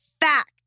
fact